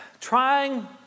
trying